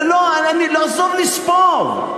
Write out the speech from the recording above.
עזוב לספור.